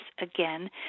again